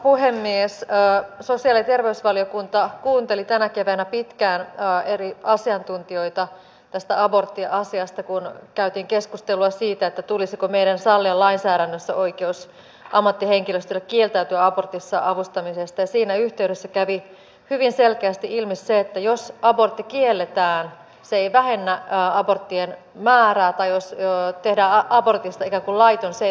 sosiaali ja terveysvaliokunta kuunteli tänä keväänä pitkään eri asiantuntijoita tästä aborttiasiasta kun käytiin keskustelua siitä tulisiko meidän sallia lainsäädännössä oikeus ammattihenkilöstölle kieltäytyä abortissa avustamisesta ja siinä yhteydessä kävi hyvin selkeästi ilmi se että jos abortista tehdään ikään kuin laiton se ei vähennä aborttien määrää ei ollut tehdä abortista joku laitos ei